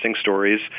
stories